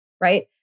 right